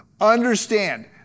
Understand